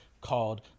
called